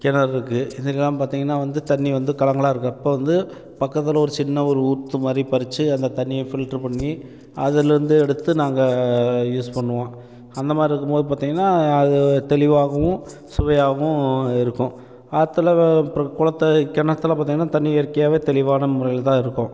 கிணறு இருக்குது இதெலலாம் பார்த்திங்கன்னா வந்து தண்ணி வந்து கலங்களாக இருக்கிறப்ப வந்து பக்கத்ததில் ஒரு சின்ன ஒரு ஊற்று மாதிரி பறிச்சு அந்த தண்ணியை ஃபில்ட்ரு பண்ணி அதுலேருந்து எடுத்து நாங்கள் யூஸ் பண்ணுவோம் அந்த மாதிரி இருக்கும் போது பார்த்திங்கன்னா அது தெளிவாகவும் சுவையாகவும் இருக்கும் ஆற்றுல அப்புறம் குளத்து கிணத்துல பார்த்திங்கன்னா தண்ணி இயற்கையாக தெளிவான முறையில் தான் இருக்கும்